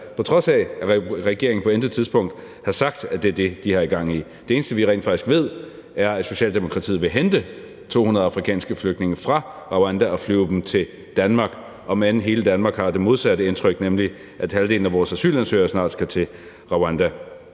på trods af at regeringen på intet tidspunkt har sagt, at det er det, de har gang i. Det eneste, vi rent faktisk ved, er, at Socialdemokratiet vil hente 200 afrikanske flygtninge fra Rwanda og flyve dem til Danmark, om end hele Danmark har det modsatte indtryk, nemlig at halvdelen af vores asylansøgere snart skal til Rwanda.